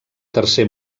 tercer